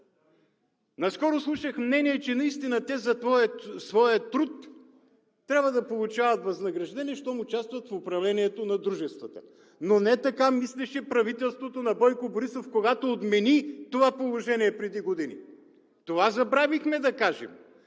Наскоро слушах мнение, че наистина те за своя труд трябва да получават възнаграждения, щом участват в управлението на дружествата. Но не така мислеше правителството на Бойко Борисов, когато отмени това положение преди години. Това забравихме да кажем.